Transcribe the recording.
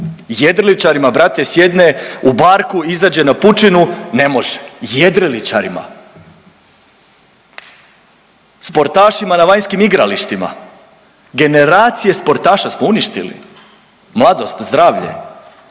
jedriličarima brate sjedne u barku izađe na pučinu ne može, jedriličarima. Sportašima na vanjskim igralištima, generacije sportaša smo uništili, mladost, zdravlje.